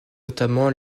notamment